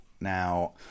Now